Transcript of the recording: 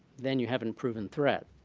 then you haven't proven threat.